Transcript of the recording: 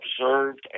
observed